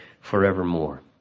forevermore